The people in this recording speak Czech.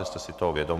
Jste si toho vědom.